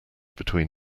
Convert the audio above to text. between